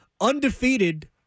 undefeated